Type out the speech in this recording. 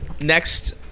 Next